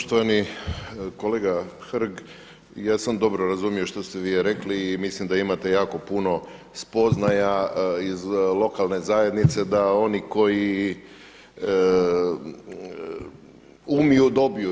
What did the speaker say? Poštovani kolega Hrg, ja sam dobro razumio što ste vi rekli i mislim da imate jako puno spoznaja iz lokalne zajednice da oni koji umiju dobiju.